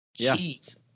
jeez